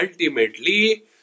ultimately